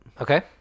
okay